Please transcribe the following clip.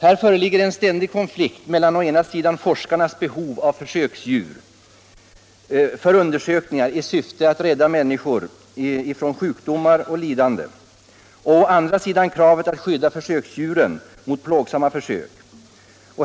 Här föreligger en ständig konflikt mellan å ena sidan forskarnas behov av försöksdjur för undersökningar i syfte att rädda människor från sjukdomar och lidande och å andra sidan kravet att skydda försöksdjuren mot plågsamma försök.